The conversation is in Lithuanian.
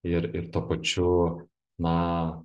ir ir tuo pačiu na